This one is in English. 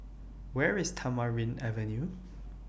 Where IS Tamarind Avenue